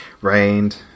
rained